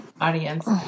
audience